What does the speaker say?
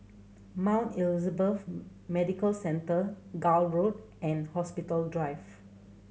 Mount Elizabeth Medical Centre Gul Road and Hospital Drive